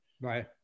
Right